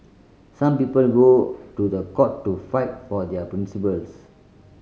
some people go to the court to fight for their principles